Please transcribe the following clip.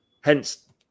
Hence